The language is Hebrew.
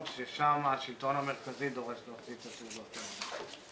ששם השלטון המרכזי דורש להוציא את התעודות האלה,